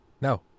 No